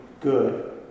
good